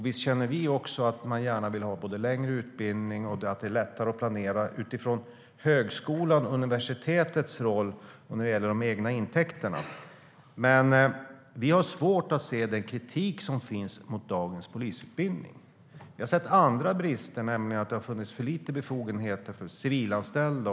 Visst känner vi också att man gärna vill ha både längre utbildning och att det är lättare att planera utifrån högskolans och universitetets roll när det gäller de egna intäkterna. Vi har dock svårt att se den kritik som finns mot dagens polisutbildning. Vi har sett andra brister, nämligen att det har funnits för lite befogenheter för civilanställda.